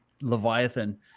Leviathan